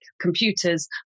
computers